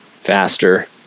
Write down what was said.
faster